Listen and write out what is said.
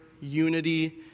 unity